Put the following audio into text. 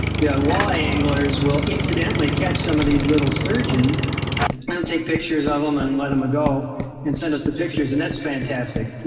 yeah walleye anglers will incidentally catch some of these little sturgeon. and they'll take pictures of them and let them ah go and send us the pictures. and that's fantastic.